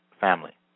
family